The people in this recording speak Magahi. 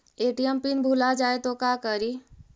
ए.टी.एम पिन भुला जाए तो का करी?